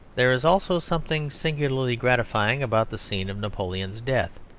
there is also something singularly gratifying about the scene of napoleon's death,